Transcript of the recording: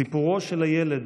סיפורו של הילד